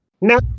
No